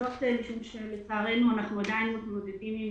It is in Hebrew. זאת משום שלצערנו אנחנו עדיין מתמודדים עם